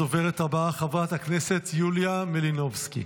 הדוברת הבאה, חברת הכנסת יוליה מלינובסקי.